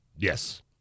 Yes